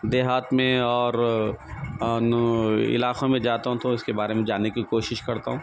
دیہات میں اور علاقوں میں جاتا ہوں تو اس کے بارے میں جاننے کی کوشش کرتا ہوں